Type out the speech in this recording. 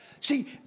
See